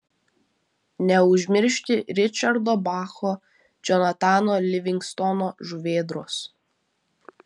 neužmiršti ričardo bacho džonatano livingstono žuvėdros